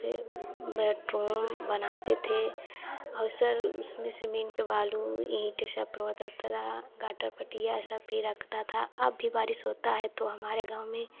bedroom बनाते थे और उसमें सब सीमेंट बालू ईंट सब गोटा पट्टीय सब भी लगता था अब भी बारिश होता है तो हमारे गाँव में